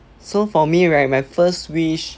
so for me right my first wish